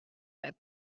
that